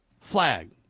flag